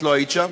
את לא היית שם,